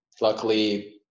Luckily